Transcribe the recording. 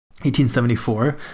1874